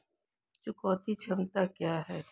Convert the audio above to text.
चुकौती क्षमता क्या है?